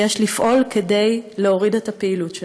ויש לפעול כדי להוריד את הפעילות שלהם.